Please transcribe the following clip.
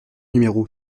numéro